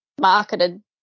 marketed